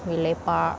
we lepak